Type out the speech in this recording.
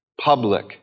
public